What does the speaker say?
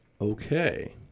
Okay